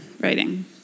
writing